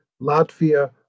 Latvia